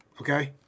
okay